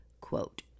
quote